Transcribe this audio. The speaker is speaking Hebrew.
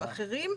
אחרים,